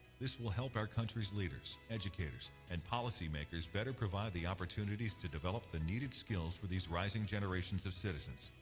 this will help our country's leaders, educators, and policymakers better provide the opportunities to develop the needed skills for these rising generations of citizens,